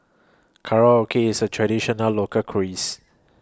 Korokke IS A Traditional Local crease